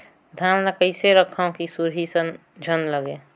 धान ल कइसे रखव कि सुरही झन लगे?